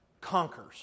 conquers